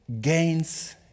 gains